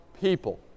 people